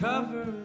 Cover